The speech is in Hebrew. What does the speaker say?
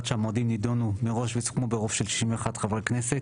שהמועדים נדונו מראש וסוכמו ברוב של 61 חברי כנסת'.